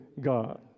God